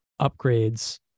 upgrades